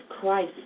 Christ